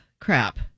Crap